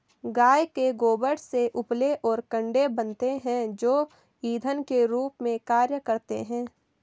गाय के गोबर से उपले और कंडे बनते हैं जो इंधन के रूप में कार्य करते हैं